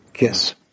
Yes